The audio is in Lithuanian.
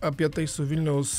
apie tai su vilniaus